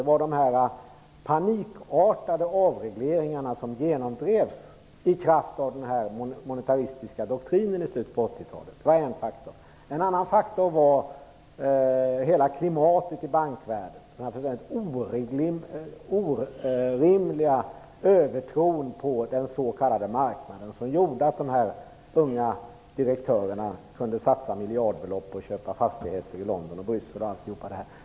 En faktor var de panikartade avregleringarna som genomdrevs i kraft av den monetaristiska doktrinen i slutet av 80-talet. En annan faktor var hela klimatet i bankvärlden, denna orimliga övertro på den s.k. marknaden. Det var detta som gjorde att unga direktörer kunde satsa miljardbelopp på att köpa fastigheter i London och Bryssel.